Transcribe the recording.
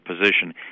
position